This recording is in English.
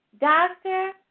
doctor